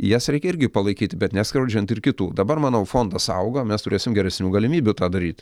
jas reikia irgi palaikyti bet neskriaudžiant ir kitų dabar manau fondas auga mes turėsim geresnių galimybių tą daryt